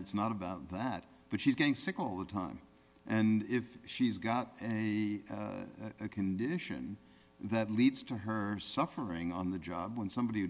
it's not about that but she's getting sick all the time and if she's got a condition that leads to her suffering on the job and somebody who